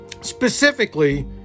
specifically